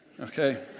Okay